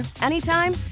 anytime